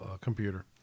computer